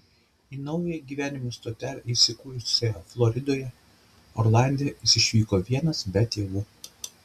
į naująją gyvenimo stotelę įsikūrusią floridoje orlande jis išvyko vienas be tėvų